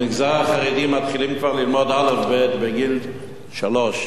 במגזר החרדי מתחילים ללמוד אל"ף-בי"ת כבר בגיל שלוש.